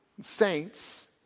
saints